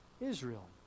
Israel